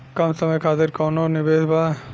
कम समय खातिर कौनो निवेश बा?